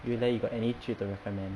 you leh you got any 剧 to recommend